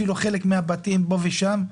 אפילו חלק מן הבתים פה ושם,